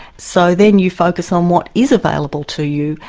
so then you focus on what is available to you,